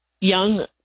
Young